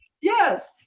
Yes